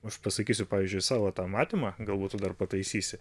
aš pasakysiu pavyzdžiui savo tą matymą galbūt tu dar pataisysi